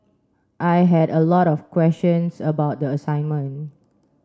I had a lot of questions about the assignment